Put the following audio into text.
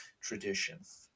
traditions